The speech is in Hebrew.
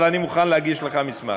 אבל אני מוכן להגיש לך מסמך.